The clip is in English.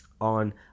on